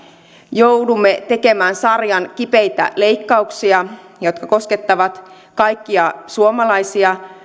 joudumme tekemään sarjan kipeitä leikkauksia jotka koskettavat kaikkia suomalaisia